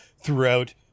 throughout